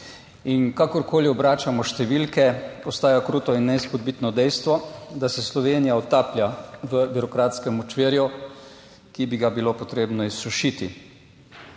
In kakorkoli obračamo številke, ostaja kruto in neizpodbitno dejstvo, da se Slovenija utaplja v birokratskem močvirju, ki bi ga bilo potrebno izsušiti.